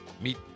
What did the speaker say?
meet